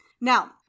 Now